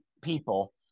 people